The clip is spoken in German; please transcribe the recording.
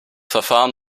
verfahren